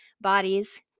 bodies